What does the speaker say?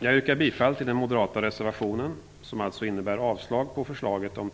Jag yrkar bifall till den moderata reservationen, som alltså innebär avslag på förslaget om